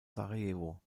sarajevo